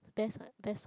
best one best one